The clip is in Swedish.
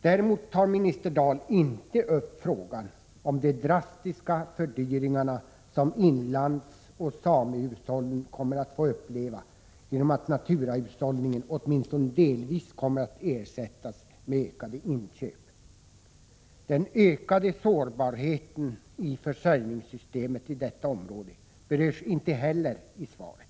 Däremot tar minister Dahl inte upp frågan om de drastiska fördyringar som inlandsoch samehushållen kommer att få uppleva på grund av att naturahushållningen åtminstone delvis kommer att ersättas med ökade inköp. Den ökade sårbarheten i försörjningssystemet i detta område berörs inte heller i svaret.